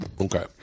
Okay